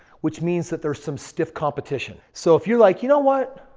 which means that there's some stiff competition. so, if you're like, you know what?